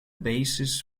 basis